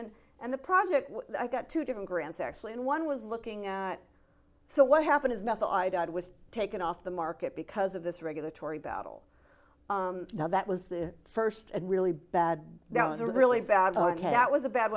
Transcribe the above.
and and the project got two different grants actually and one was looking at so what happened is methyl i doubt it was taken off the market because of this regulatory battle now that was the first and really bad that was a really bad that was a bad